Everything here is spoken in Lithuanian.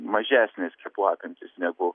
mažesnės skiepų apimtys negu